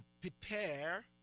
prepare